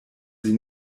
sie